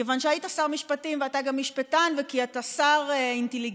מכיוון שהיית שר משפטים ואתה גם משפטן וכי אתה שר אינטליגנטי,